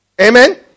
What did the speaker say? Amen